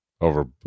over